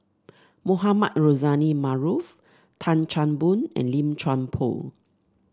Mohamed Rozani Maarof Tan Chan Boon and Lim Chuan Poh